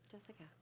Jessica